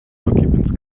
occupants